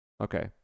Okay